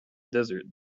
desert